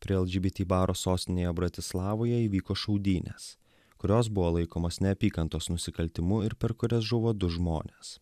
prie lgbt baro sostinėje bratislavoje įvyko šaudynės kurios buvo laikomos neapykantos nusikaltimu ir per kurias žuvo du žmonės